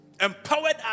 empowered